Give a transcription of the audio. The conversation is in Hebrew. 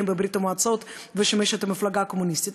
בברית-המועצות ושימש את המפלגה הקומוניסטית.